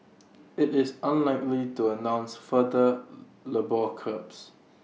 IT is unlikely to announce further labour curbs